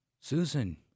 Susan